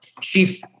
chief